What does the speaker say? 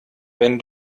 wenn